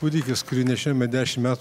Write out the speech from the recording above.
kūdikis kurį nešiojome dešim metų